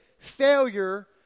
Failure